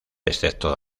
excepto